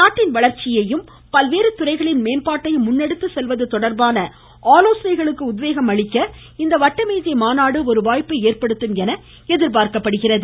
நாட்டின் வளர்ச்சியையும் பல்வேறு துறைகளின் மேம்பாட்டையும் முன்னெடுத்து செல்வது தொடர்பான ஆலோசனைகளுக்கு உத்வேகம் அளிக்க இந்த வட்டமேஜை மாநாடு ஒரு வாய்ப்பை ஏற்படுத்தும் என எதிர்பார்க்கப்படுகிறது